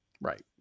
Right